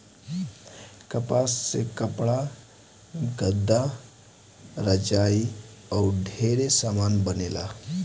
कपास से कपड़ा, गद्दा, रजाई आउर ढेरे समान बनेला